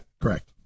Correct